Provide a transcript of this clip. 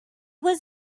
was